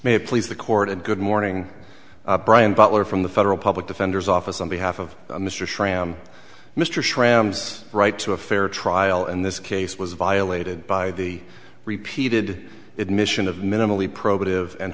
it please the court and good morning brian butler from the federal public defender's office on behalf of mr schramm mr schramm right to a fair trial in this case was violated by the repeated it mission of minimally probative and